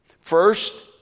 First